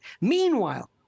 Meanwhile